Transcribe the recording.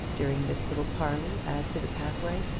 during this little parley as to the pathway.